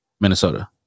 Minnesota